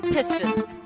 Pistons